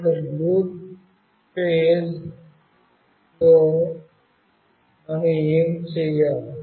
ఇప్పుడు loop phase లో మనం ఏమి చేయాలి